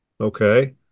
okay